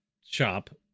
shop